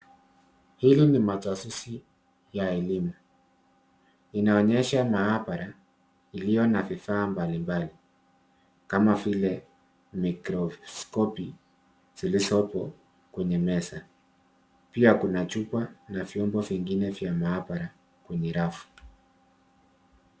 Hili ni majasusi ya elimu. Inaonyesha maabara iliyo na vifaa mbalimbali kama vile microscope zilizopo kwenye meza. Pia kuna chupa na vyombo vingine vya maabara kwenye rafu.